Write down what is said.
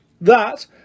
That